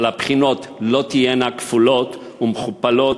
אבל הבחינות לא תהיינה כפולות ומכופלות